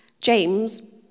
James